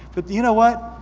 but you know what?